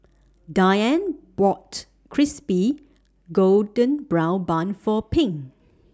Dianne bought Crispy Golden Brown Bun For Pink